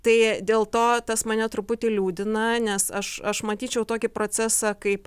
tai dėl to tas mane truputį liūdina nes aš aš matyčiau tokį procesą kaip